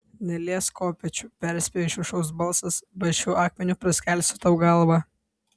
neliesk kopėčių perspėjo iš viršaus balsas ba šiuo akmeniu praskelsiu tau galvą